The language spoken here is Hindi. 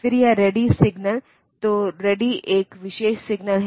फिर यह रेडी सिग्नल तो रेडी एक विशेष सिग्नल है